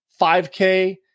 5K